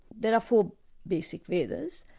there are four basic vedas,